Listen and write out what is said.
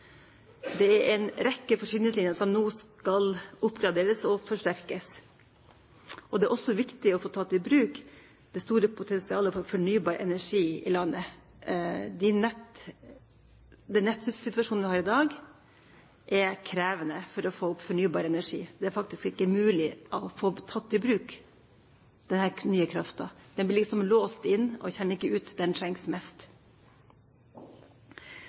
Det er en rekke forsyningslinjer som nå skal oppgraderes og forsterkes. Det er også viktig for å få tatt i bruk det store potensialet for fornybar energi rundt om i landet. Den nettsituasjonen vi har i dag, er krevende i forhold til å få opp fornybar energi. Det er faktisk ikke mulig å ta i bruk denne nye kraften. Den blir liksom låst inn og kommer ikke ut der den trengs mest.